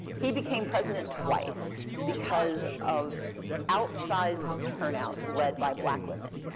he became president twice because of outsized turnout lead by black women.